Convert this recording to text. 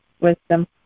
wisdom